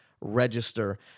register